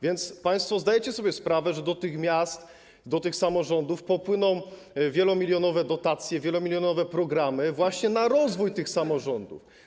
Więc państwo zdajecie sobie sprawę, że do tych miast, do tych samorządów popłyną wielomilionowe dotacje, wielomilionowe programy właśnie na rozwój tych samorządów.